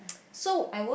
so